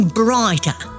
brighter